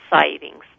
savings